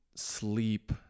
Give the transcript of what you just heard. sleep